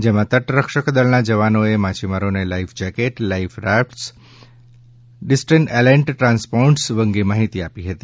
જેમાં તટરક્ષક દળના જવાનોએ માછીમારોને life jacket life raft distress alert transponders અંગે માહિતી આપી હતી